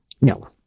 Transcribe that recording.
No